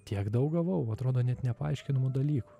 tiek daug gavau atrodo net nepaaiškinamų dalykų